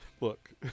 look